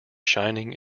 shining